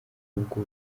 ubwo